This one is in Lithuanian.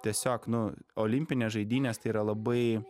tiesiog nu olimpinės žaidynės tai yra labai